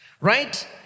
right